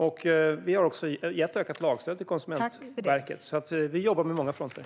Vi har också gett ökat lagstöd till Konsumentverket. Vi jobbar alltså på många fronter.